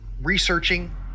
researching